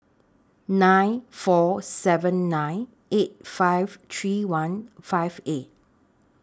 nine four seven nine eight five three one five eight